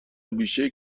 بیشهای